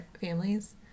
Families